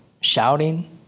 shouting